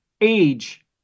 age